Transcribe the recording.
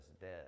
dead